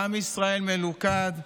עם ישראל מלוכד,